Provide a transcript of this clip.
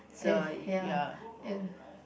and ya and